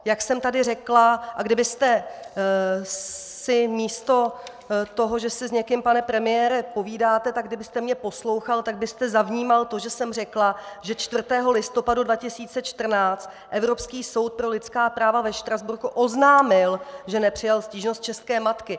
Jak jsem tady řekla a kdybyste si místo toho, že si s někým, pane premiére, povídáte, tak kdybyste mě poslouchal, tak byste zavnímal to, že jsem řekla, že 4. listopadu 2014 Evropský soud pro lidská práva ve Štrasburku oznámil, že nepřijal stížnost české matky.